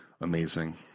amazing